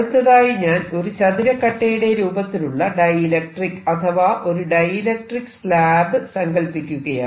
അടുത്തതായി ഞാൻ ഒരു ചതുരക്കട്ടയുടെ രൂപത്തിലുള്ള ഡൈഇലക്ട്രിക് അഥവാ ഒരു ഡൈഇലക്ട്രിക് സ്ളാബ് സങ്കല്പിക്കുകയാണ്